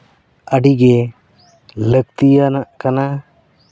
ᱟᱹᱰᱤ ᱜᱮ ᱞᱟᱹᱠᱛᱤᱭᱟᱱᱟᱜ ᱠᱟᱱᱟ